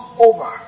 over